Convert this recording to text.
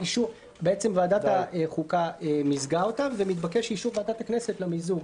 ועדת החוקה מיזגה אותן ומתבקש אישור ועדת הכנסת למיזוג.